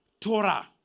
torah